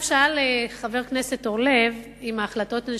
חבר הכנסת אורלב שאל אם ההחלטות הן